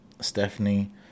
stephanie